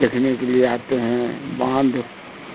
دیکھنے کے لیے آتے ہیں باندھ